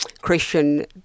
Christian